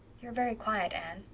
you are very quiet, anne,